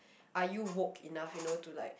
are you work enough you know to like